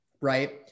Right